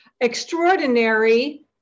extraordinary